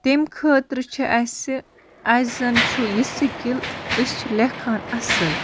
تمہِ خٲطرٕ چھِ اَسہِ اَسہِ زَن چھُ یہِ سِکِل أسۍ چھِ لیکھان اَصٕل